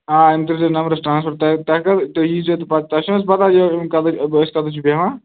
آ یِم ترٲزیٚو نمبرَس ٹرٛانَسفَر تۄہہِ تۄہہِ کر تُہۍ ییٖزیٚو تہٕ پَتہٕ تۄہہِ چھُو نہٕ حظ پَتہ یہِ کَتہِ أسۍ کَتہِ چھِ بیٚہوان